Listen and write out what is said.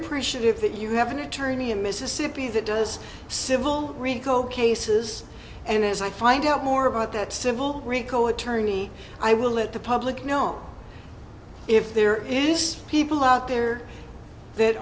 appreciative that you have an attorney in mississippi that does civil rico cases and as i find out more about that civil rico attorney i will let the public know if there is people out there that